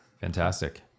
fantastic